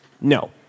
no